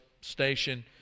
station